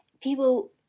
people